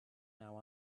now